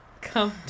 come